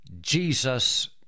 Jesus